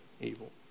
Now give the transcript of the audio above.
evil